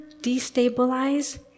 destabilize